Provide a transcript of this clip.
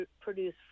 produce